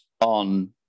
on